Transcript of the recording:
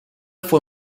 fue